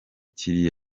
kiriya